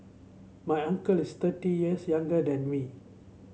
my uncle is thirty years younger than me